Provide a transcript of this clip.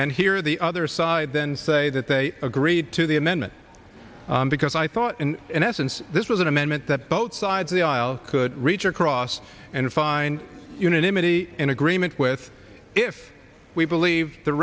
and hear the other side then say that they agreed to the amendment because i thought in an essence this was an amendment that both sides of the aisle could reach across and find unanimity in agreement with if we believe the